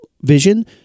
vision